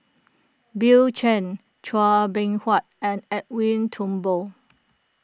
Bill Chen Chua Beng Huat and Edwin Thumboo